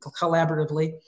collaboratively